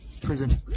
prison